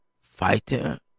fighter